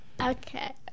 Okay